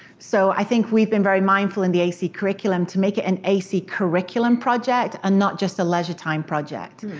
so i think we've been very mindful in the ac curriculm to make it an ac curriculum project and not just a leisure time project.